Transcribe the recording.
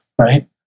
right